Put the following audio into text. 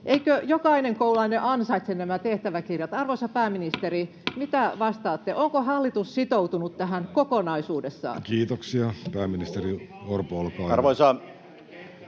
Eikö jokainen koululainen ansaitse tehtäväkirjat? Arvoisa pääministeri, mitä vastaatte: onko hallitus sitoutunut tähän kokonaisuudessaan? Kiitoksia. — Pääministeri Orpo, olkaa hyvä.